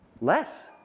less